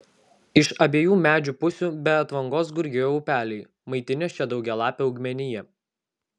iš abiejų medžių pusių be atvangos gurgėjo upeliai maitinę šią daugialapę augmeniją